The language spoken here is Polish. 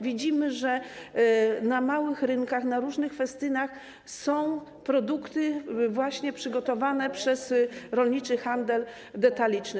Widzimy, że na małych rynkach, na różnych festynach są produkty przygotowane przez rolniczy handel detaliczny.